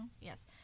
Yes